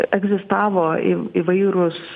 egzistavo įv įvairūs